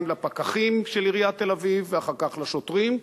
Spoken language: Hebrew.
לפקחים של עיריית תל-אביב ואחר כך לשוטרים,